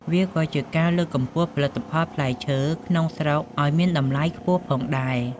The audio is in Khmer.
វាក៏ជាការលើកកម្ពស់ផលិតផលផ្លែឈើក្នុងស្រុកឱ្យមានតម្លៃខ្ពស់ផងដែរ។